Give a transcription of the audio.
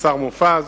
השר מופז,